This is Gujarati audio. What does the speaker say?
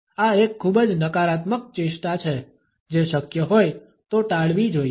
આ એક ખૂબ જ નકારાત્મક ચેષ્ટા છે જે શક્ય હોય તો ટાળવી જોઈએ